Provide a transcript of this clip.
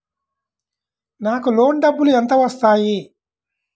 నాకు లోన్ డబ్బులు ఎంత వస్తాయి?